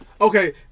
Okay